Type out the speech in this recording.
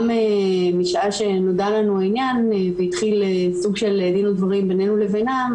משעה שנודע לנו העניין והתחיל סוג של דין ודברים בינינו לבינם,